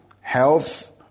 health